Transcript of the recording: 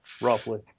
roughly